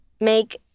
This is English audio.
make